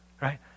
Right